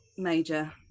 major